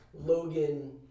Logan